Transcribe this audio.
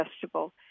festival